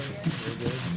(הישיבה נפסקה בשעה 10:41 ונתחדשה בשעה 10:46.)